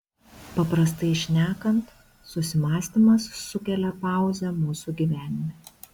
paprastai šnekant susimąstymas sukelia pauzę mūsų gyvenime